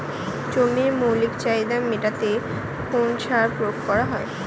জমির মৌলিক চাহিদা মেটাতে কোন সার প্রয়োগ করা হয়?